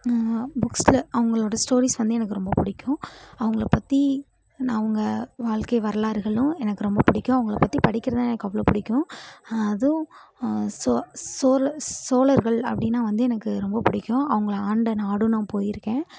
நான் புக்ஸ்ல அவங்களோட ஸ்டோரிஸ் வந்து எனக்கு ரொம்ப பிடிக்கும் அவங்கள பற்றி அவங்க வாழ்க்கை வரலாறுகளும் எனக்கு ரொம்ப பிடிக்கும் அவங்கள பற்றி படிக்கிறதுதான் எனக்கு அவ்வளோ பிடிக்கும் அதுவும் சோ சோழ சோழர்கள் அப்படின்னா வந்து எனக்கு ரொம்ப பிடிக்கும் அவங்கள ஆண்ட நாடும் போயிருக்கேன்